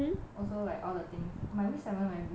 also like all the thing my week seven very busy eh